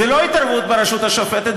זו לא התערבות ברשות השופטת,